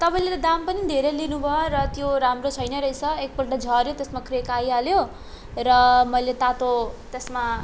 तपाईँले त दाम पनि धेरै लिनुभयो र त्यो राम्रो छैन रहेछ एकपल्ट झऱ्यो त्यसमा क्र्याक आइहाल्यो र मैले तातो त्यसमा